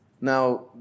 Now